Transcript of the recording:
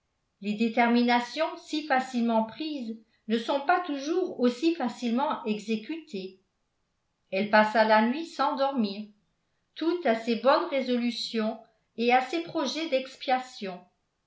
les déterminations si facilement prises ne sont pas toujours aussi facilement exécutées elle passa la nuit sans dormir toute à ses bonnes résolutions et à ses projets d'expiation